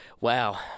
wow